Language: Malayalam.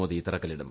മോദി തറക്കല്ലിടും